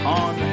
on